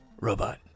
Robot